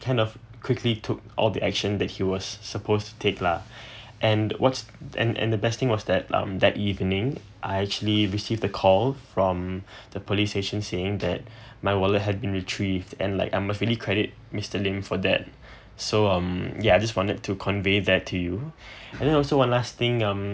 kind of quickly took all the action that he was supposed to take lah and what's and and the best thing was that um that evening I actually received the call from the police station saying that my wallet had been retrieved and like I must really credit mister lim for that so um ya I just wanted to convey that to you and then also one last thing um